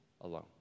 alone